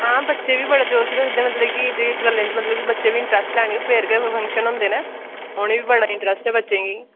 हां बच्चे बी बड़ा जोश रखदे मतलब कि बच्चे बी इंट्रस्ट लैन फेर गै फंक्शन होंदे न उनेंगी बी बड़ा इंट्रस्ट ऐ बच्चें गी